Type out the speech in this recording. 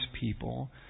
people